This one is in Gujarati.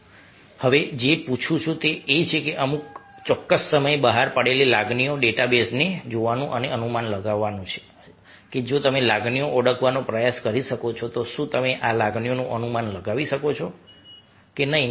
હવે હું જે પૂછું છું તે એ છે કે અમે અમુક ચોક્કસ સમયે બહાર પાડેલી લાગણીઓના ડેટાબેઝને જોવાનું અને અનુમાન લગાવવું કે જો તમે લાગણીઓને ઓળખવાનો પ્રયાસ કરી શકો છો તો શું તમે આ લાગણીઓનું અનુમાન લગાવી શકો છો કે નહીં